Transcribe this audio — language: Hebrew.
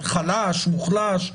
חלש או מוחלש אביון,